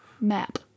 map